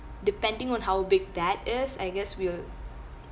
depending on how big that is I guess we'll